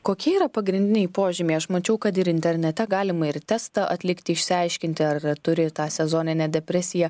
kokie yra pagrindiniai požymiai aš mačiau kad ir internete galima ir testą atlikti išsiaiškinti ar turi tą sezoninę depresiją